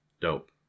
Dope